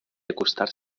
acostar